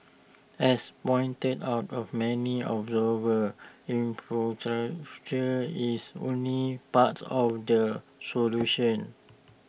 as pointed out of many observers is only parts of the solution